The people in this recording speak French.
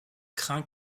craint